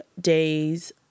days